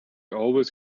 always